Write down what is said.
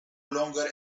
longer